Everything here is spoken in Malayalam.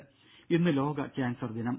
ദേഴ ഇന്ന് ലോക കാൻസർ ദിനം